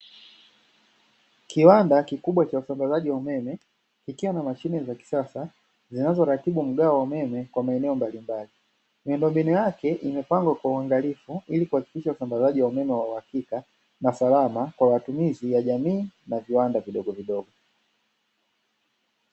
Kiwanda kikubwa cha usambazaji wa umeme kikiwa na mashine za kisasa zinazoratibu mgao wa umeme kwa maeneo mbalimbali, miundombinu yake imepangwa kwa uangalifu ili kuhakikisha usambazaji wa umeme wa uhakika na usalama kwa matumizi ya jamii na viwanda vidogovidogo.